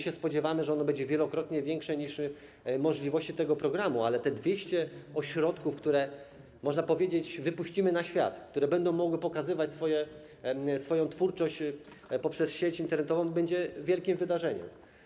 Spodziewamy się, że ono będzie wielokrotnie większe niż możliwości tego programu, ale te 200 ośrodków, które - można powiedzieć - wypuścimy na świat, które będą mogły pokazywać swoją twórczość poprzez sieć internetową, będzie wielkim wydarzeniem.